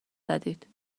زدید